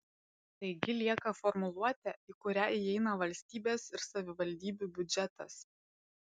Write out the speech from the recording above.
taigi lieka formuluotė į kurią įeina valstybės ir savivaldybių biudžetas